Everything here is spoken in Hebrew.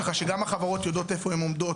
ככה שגם החברות יודעות איפה הן עומדות,